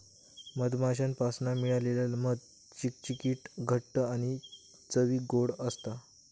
मधमाश्यांपासना मिळालेला मध चिकचिकीत घट्ट आणि चवीक ओड असता